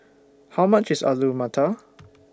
How much IS Alu Matar